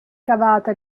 cavata